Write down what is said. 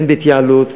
הן בהתייעלות,